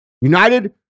United